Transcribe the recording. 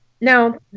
Now